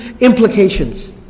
implications